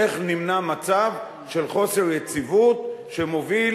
איך נמנע מצב של חוסר יציבות שמוביל